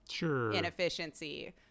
inefficiency